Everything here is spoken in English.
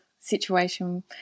situation